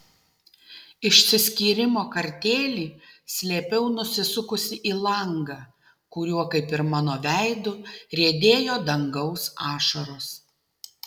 išsiskyrimo kartėlį slėpiau nusisukusi į langą kuriuo kaip ir mano veidu riedėjo dangaus ašaros